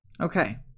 Okay